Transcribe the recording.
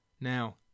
Now